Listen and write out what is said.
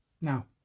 Now